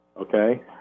okay